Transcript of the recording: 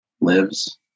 lives